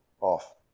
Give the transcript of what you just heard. off